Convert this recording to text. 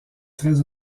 très